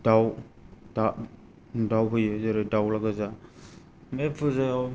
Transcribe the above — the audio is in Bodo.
दाउ दाउ होयो जेरै दावला गोजा बे फुजायाव